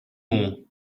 more